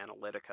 Analytica